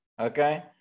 okay